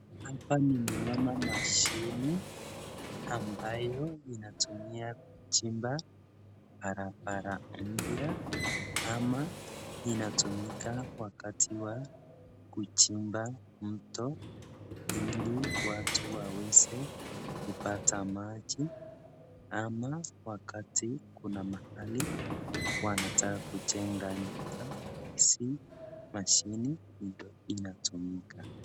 hapa ninaona mashine ambayo inatumia kuchimba barabara mpya ama inatumika wakati wa kuchimba mto ili watu waweze kupata maji ama wakati kuna mahali wanataka kujenga nyumba basi mashine ndio inatumika